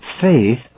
faith